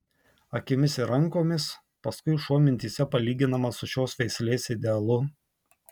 akimis ir rankomis paskui šuo mintyse palyginamas su šios veislės idealu